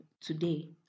today